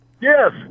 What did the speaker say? Yes